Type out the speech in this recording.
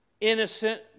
innocent